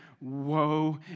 Woe